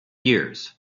years